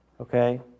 Okay